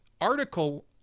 article